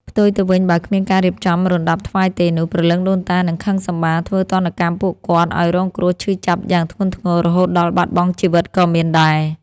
ផ្ទុយទៅវិញបើគ្មានការរៀបចំរណ្ដាប់ថ្វាយទេនោះព្រលឹងដូនតានឹងខឹងសម្បាធ្វើទណ្ឌកម្មពួកគាត់ឲ្យរងគ្រោះឈឺចាប់យ៉ាងធ្ងន់ធ្ងរ រហូតដល់បាត់បង់ជីវិតក៏មានដែរ ។